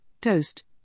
toast